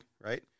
right